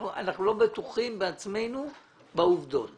אמרתי שזאת לא הסמכות אבל לפי ההצעה הזאת.